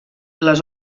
les